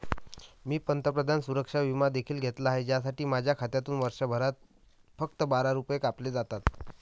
मी पंतप्रधान सुरक्षा विमा देखील घेतला आहे, ज्यासाठी माझ्या खात्यातून वर्षभरात फक्त बारा रुपये कापले जातात